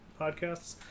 podcasts